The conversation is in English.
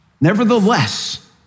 Nevertheless